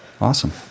Awesome